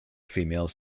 females